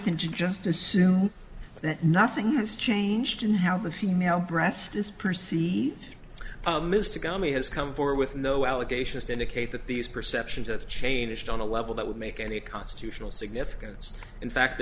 than just assume that nothing has changed in how the female breast is perceived mr gummy has come forward with no allegations to indicate that these perceptions have changed on a level that would make any constitutional significance in fact the